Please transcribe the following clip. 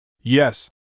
Yes